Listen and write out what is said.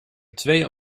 twee